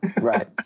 Right